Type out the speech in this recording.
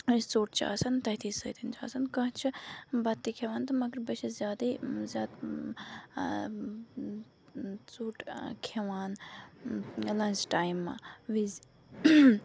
اَسہِ ژوٚٹ چھِ آسان تٔتھی سۭتۍ چھِ آسَن کانٛہہ چھُ بَتہٕ تہِ کھٮ۪وان تہٕ مگر بہٕ چھَس زیادَے زیادٕ ژوٚٹ کھٮ۪وان لَنٛچ ٹایمہٕ وِز